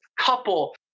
couple